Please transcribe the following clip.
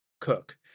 cook